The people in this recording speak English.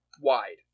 wide